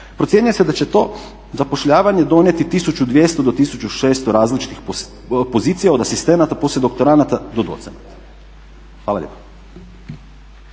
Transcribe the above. Procjenjuje se da će to zapošljavanje donijeti 1200 do 1600 različitih pozicija od asistenata, poslijedoktoranata do docenata. Hvala lijepa.